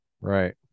Right